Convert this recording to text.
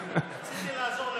ניסיתי לעזור למאיר.